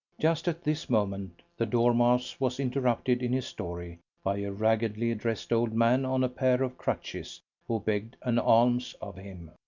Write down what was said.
just at this moment the dormouse was interrupted in his story by a raggedly dressed old man on a pair of crutches who begged an alms of him.